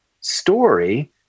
story